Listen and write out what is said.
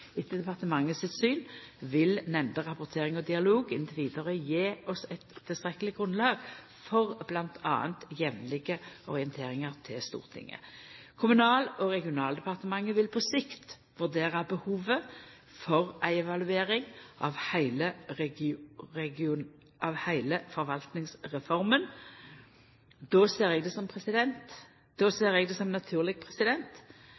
Etter departementets syn vil nemnde rapportering og dialog inntil vidare gje oss eit tilstrekkeleg grunnlag for m.a. jamlege orienteringar til Stortinget. Kommunal- og regionaldepartementet vil på sikt vurdera behovet for ei evaluering av heile Forvaltningsreforma. Eg ser det som